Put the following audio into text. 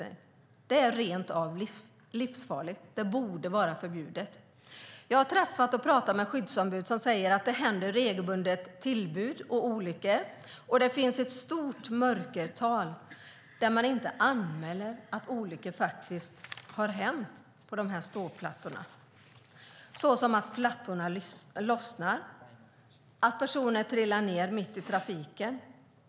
Det är rent av livsfarligt och borde vara förbjudet. Jag har träffat och pratat med skyddsombud som säger att olyckor och tillbud händer regelbundet. Det finns också ett stort mörkertal där man inte anmäler olyckor som har hänt på ståplattorna, så som att plattorna lossnar och att personer trillar ned mitt i trafiken.